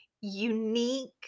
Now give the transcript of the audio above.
unique